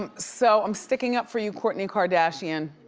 um so i'm sticking up for you kourtney kardashian.